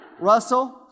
Russell